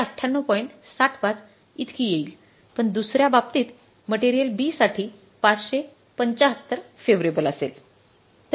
75 इतकी येईल पण दुसरी बाबतीत मटेरियल B साठी 575 फेव्हरेबल असेल